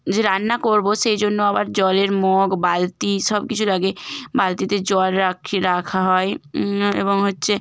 যে রান্না করব সেই জন্য আবার জলের মগ বালতি সব কিছু লাগে বালতিতে জল রাখি রাখা হয় এবং হচ্ছে